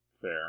Fair